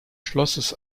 schlosses